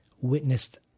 witnessed